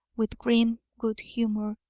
with grim good humour.